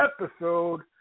episode